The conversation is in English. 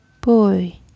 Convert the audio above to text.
Boy